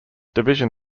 division